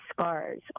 scars